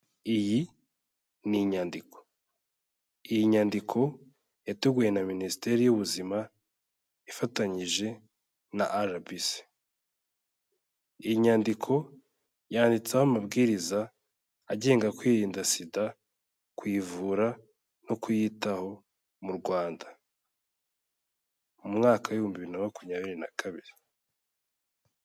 Iyi ni inyandiko, iyi nyandiko yateguwe na Minisiteri y'Ubuzima ifatanyije na RBC, iyi inyandiko yanditseho amabwiriza agenga kwirinda SIDA, kuyivura no kuyitaho mu Rwanda, mu mwaka w'ibihumbi bibiri na makumyabiri na kabiri.